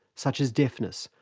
such as deafness,